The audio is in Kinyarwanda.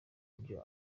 kurya